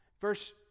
verse